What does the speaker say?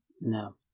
No